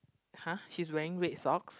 !huh! she's wearing red socks